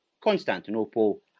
Constantinople